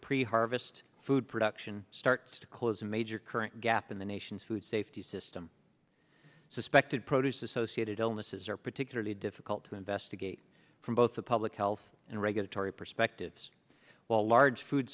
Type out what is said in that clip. pre harvest food production starts to close a major current gap in the nation's food safety system suspected produce associated illnesses are particularly difficult to investigate from both the public health and regulatory perspectives while large food